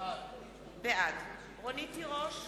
בעד רונית תירוש,